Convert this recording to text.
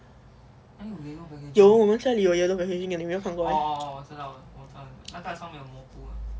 有我们家里有 yellow packaging 的你没有看过 meh